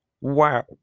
Wow